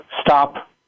stop